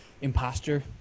imposter